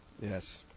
Yes